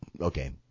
okay